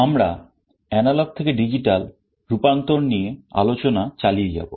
আমরা এনালগ থেকে ডিজিটাল রূপান্তর নিয়ে আলোচনা চালিয়ে যাব